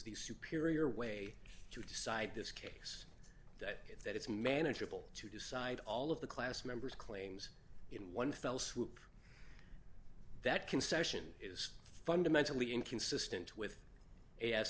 the superior way to decide this case that that it's manageable to decide all of the class members claims in one fell swoop that concession is fundamentally inconsistent with a